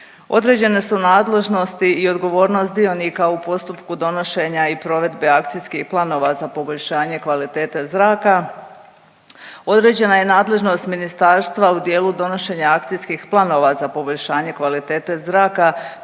Određene su nadležnosti i odgovornost dionika u postupku donošenja i provedbe akcijskih planova za poboljšanje kvalitete zraka. Određena je i nadležnost ministarstva u dijelu donošenja akcijskih planova za poboljšanje kvalitete zraka